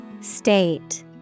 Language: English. State